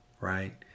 Right